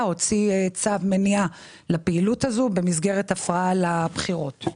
הוציא צו מניעה לפעילות הזו במסגרת הפרעה לבחירות.